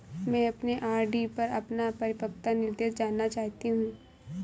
मैं अपने आर.डी पर अपना परिपक्वता निर्देश जानना चाहती हूँ